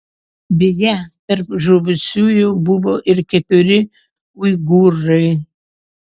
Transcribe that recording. beje tarp žuvusiųjų buvo ir keturi uigūrai